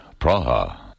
Praha